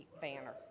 banner